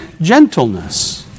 gentleness